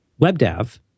WebDav